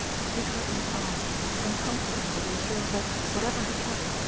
to take her in his arms and comfort her with the assurance that, whatever her trouble,